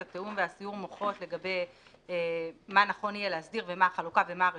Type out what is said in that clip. בפני הוועדה אם יש בעיה של תחרות וכוח שוק מוגזם של ענף אולמות השמחה.